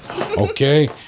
okay